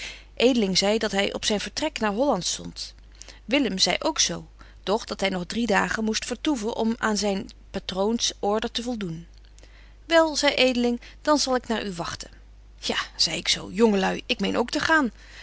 edeling zei dat hy op zyn vertrek naar holland stondt willem zei ook zo doch dat hy nog drie dagen moest vertoeven om aan zyn patroons order te voldoen wel zei edeling dan zal ik naar u wagten ja zei ik zo jonge lui ik meen ook te gaan